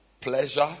pleasure